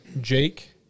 Jake